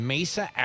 Mesa